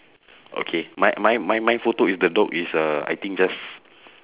okay my my my my photo is the dog is uh I think just